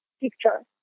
picture